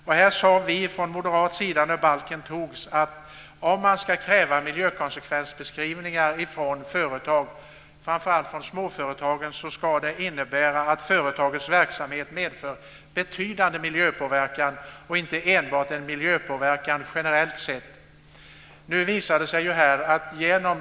Från moderat sida sade vi när miljöbalken antogs att om man ska kräva miljökonsekvensbeskrivningar från företagen, framför allt från småföretagen, måste företagens verksamhet medföra betydande miljöpåverkan, alltså inte enbart en generell miljöpåverkan.